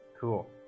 Cool